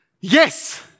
Yes